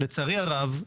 לצערי הרב,